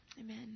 amen